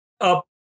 up